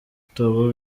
ibitabo